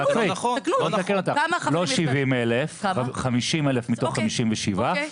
לא 70,000 50,000 מתוך 57,000,